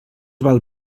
val